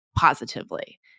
positively